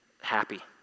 happy